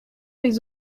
les